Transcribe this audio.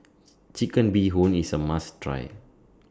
Chicken Bee Hoon IS A must Try